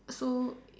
so